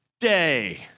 Day